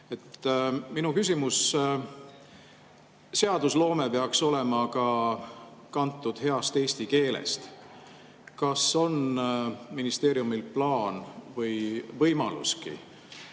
Minu küsimus. Seadusloome peaks olema ka kantud heast eesti keelest. Kas on ministeeriumil plaan või võimaluski